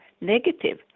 negative